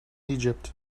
egypt